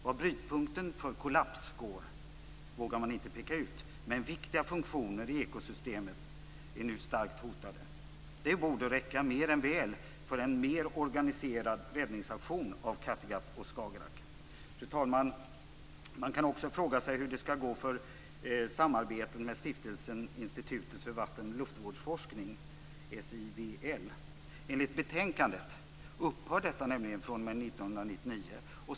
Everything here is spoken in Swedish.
Var brytpunkten för kollaps går vågar man inte peka ut, men viktiga funktioner i ekosystemet är nu starkt hotade. Detta borde mer än väl räcka för en mer organiserad räddningsaktion avseende Kattegatt och Skagerrak. Fru talman! Man kan också fråga sig hur det skall gå för samarbetet med Stiftelsen Institutet för vattenoch luftvårdsforskning, SIVL. Enligt betänkandet kommer statens del där att upphöra. Det gäller från år 1999.